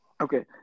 okay